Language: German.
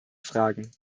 fragen